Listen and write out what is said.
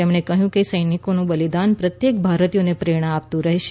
તેમણે કહ્યું કે સૈનિકોનું બલિદાન પ્રત્યેક ભારતીયને પ્રેરણા આપતું રહેશે